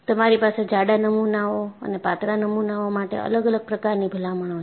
તમારી પાસે જાડા નમુનાઓ અને પાતળા નમુનાઓ માટે અલગ અલગ પ્રકારની ભલામણો છે